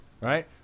right